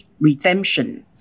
redemption